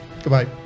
Goodbye